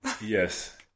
Yes